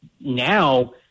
now